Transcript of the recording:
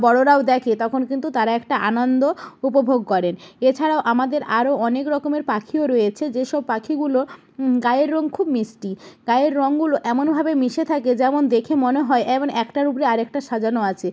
বড়োরাও দেখে তখন কিন্তু তারা একটা আনন্দ উপভোগ করে এছাড়াও আমাদের আরও অনেক রকমের পাখিও রয়েছে যেসব পাখিগুলো গায়ের রঙ খুব মিষ্টি গায়ের রঙগুলো এমনভাবে মিশে থাকে যেমন দেখে মনে হয় এমন একটার উপরে আরেকটা সাজানো আছে